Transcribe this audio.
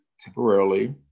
temporarily